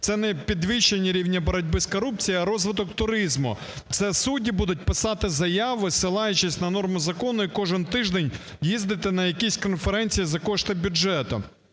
це не підвищення рівня боротьби з корупцією, а розвиток туризму. Це судді будуть писати заяви, зсилаючись на норми закону і кожен тиждень їздити на якісь конференції за кошти бюджету.